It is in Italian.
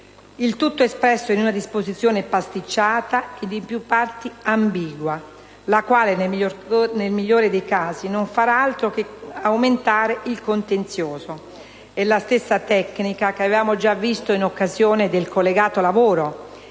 Il tutto espresso in una disposizione pasticciata ed in più parti ambigua la quale, nel migliore dei casi, non farà altro che aumentare il contenzioso. È la stessa tecnica che abbiamo già visto in occasione del collegato lavoro: